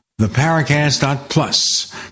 theparacast.plus